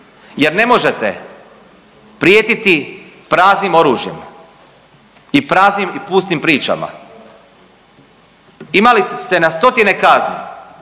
jer ne možete prijetiti praznim oružjem i praznim i pustim pričama. Imali ste na stotine kazni,